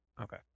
Okay